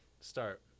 Start